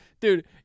dude